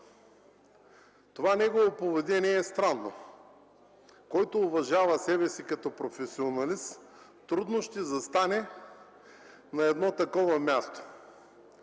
Това негово поведение е странно. Който уважава себе си като професионалист, трудно ще застане на едно такова място.